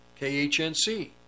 KHNC